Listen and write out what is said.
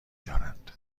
دارند